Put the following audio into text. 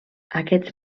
aquests